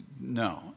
no